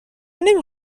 نمی